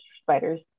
spiders